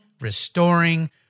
restoring